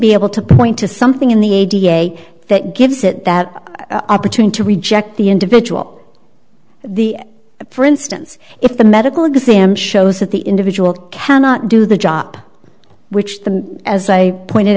be able to point to something in the a da that gives it that opportunity to reject the individual the for instance if the medical exam shows that the individual cannot do the job which the as i pointed